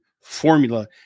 formula